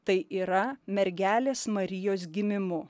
tai yra mergelės marijos gimimu